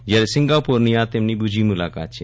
જ્યારે સિંગાપોરની આ તેમની બીજી મુલાકાત છે